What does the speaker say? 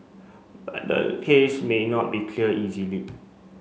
but the case may not be cleared easily